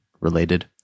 related